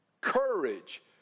Courage